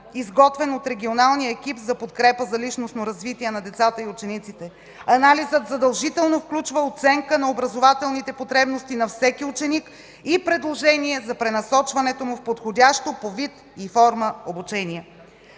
изготвен от регионалния екип за подкрепа за личностно развитие на децата и учениците. Анализът задължително включва оценка на образователните потребности на всеки ученик и предложение за пренасочването му в подходящо по вид и форма обучение.